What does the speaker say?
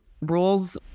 rules